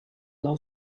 lot